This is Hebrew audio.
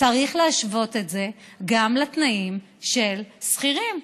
צריך להשוות את זה גם לתנאים של שכירים.